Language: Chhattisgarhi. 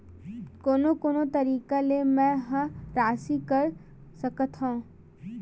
कोन कोन तरीका ले मै ह राशि कर सकथव?